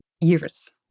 years